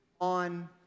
on